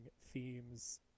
themes